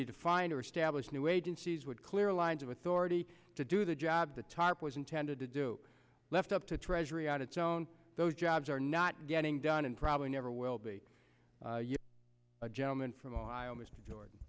need to find or establish new agencies would clear lines of authority to do the job the tarp was intended to do left up to treasury on its own those jobs are not getting done and probably never will be a gentleman from ohio mr jordan